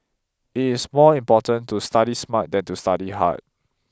it is more important to study smart than to study hard